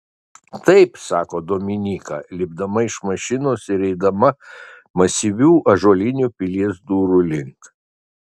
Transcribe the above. taip sako dominyka lipdama iš mašinos ir eidama masyvių ąžuolinių pilies durų link